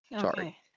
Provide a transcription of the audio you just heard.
Sorry